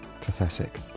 pathetic